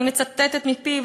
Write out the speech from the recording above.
אני מצטטת מפיו,